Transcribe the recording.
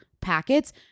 packets